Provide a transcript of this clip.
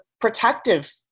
protective